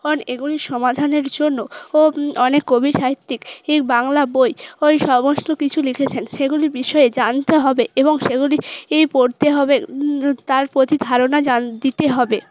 এগুলি সমাধানের জন্য অনেক কবি সাহিত্যিক এই বাংলা বই ওই সমস্ত কিছু লিখেছেন সেগুলির বিষয়ে জানতে হবে এবং সেগুলি ই পড়তে হবে তার প্রতি ধারণা জান দিতে হবে